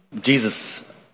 Jesus